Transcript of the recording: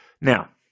Now